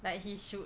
like he should